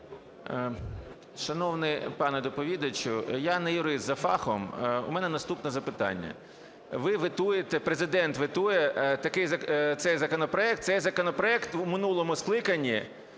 Шановний пане доповідачу, я не юрист за фахом. У мене наступне запитання. Ви ветуєте… Президент ветує цей законопроект. Цей законопроект у минулому скликанні,